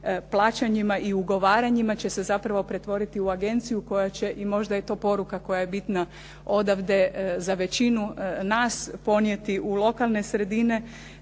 plaćanjima i ugovaranjima će se zapravo pretvoriti u agenciju koja će i možda je to poruka koja je bitna odavde za većinu nas ponijeti u lokalne sredine.